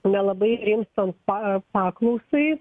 nelabai rimstant pa paklausai